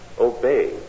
Obey